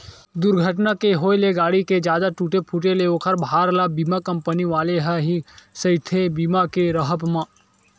दूरघटना के होय ले गाड़ी के जादा टूटे फूटे ले ओखर भार ल बीमा कंपनी वाले ह ही सहिथे बीमा के राहब म